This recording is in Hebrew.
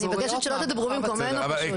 אני מבקשת שלא תדברו במקומנו פשוט.